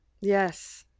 Yes